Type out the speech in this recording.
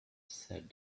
said